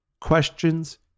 questions